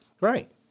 Right